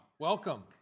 Welcome